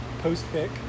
post-pick